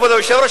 כבוד היושב-ראש,